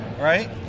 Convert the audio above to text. Right